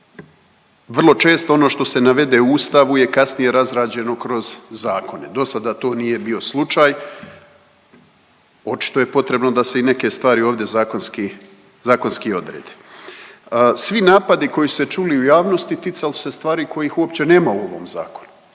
Vrlo često ono što se navede u Ustavu je kasnije razrađeno kroz zakone, do sada to nije bio slučaj očito je potrebno da se i neke stvari ovdje zakonski odrede. Svi napadi koji su se čuli u javnosti ticali su se stvari kojih uopće nema u ovom zakonu,